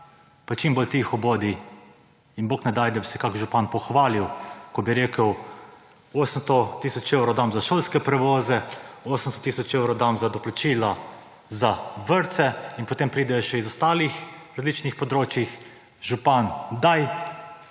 pa čim bolj tiho bodi in bog ne daj, da bi se kakšen župan pohvalil, ko bi rekel, 800 tisoč evrov dam za šolske prevoze, 800 tisoč dam za doplačila za vrtce in potem pridejo še iz ostalih različnih področij, župan daj